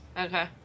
Okay